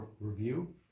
review